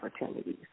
opportunities